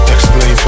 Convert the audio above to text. Explain